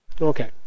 Okay